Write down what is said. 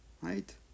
right